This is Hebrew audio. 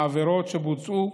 העבירות שבוצעו,